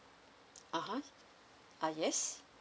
(uh huh) ah yes